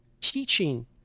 teaching